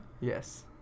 Yes